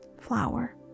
flower